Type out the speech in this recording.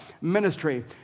ministry